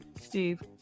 Steve